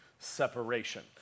separation